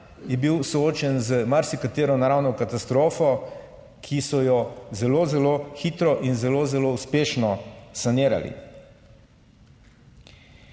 je bil soočen z marsikatero naravno katastrofo, ki so jo zelo zelo hitro in zelo zelo uspešno sanirali.